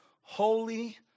holy